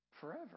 Forever